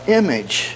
image